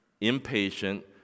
impatient